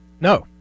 No